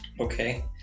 Okay